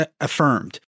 affirmed